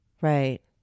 Right